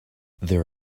there